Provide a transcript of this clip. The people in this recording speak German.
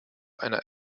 einer